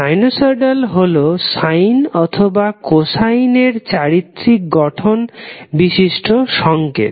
sinusoidal হলো sine অথবা cosine এর চারিত্রিক গঠন বিশিষ্ট সংকেত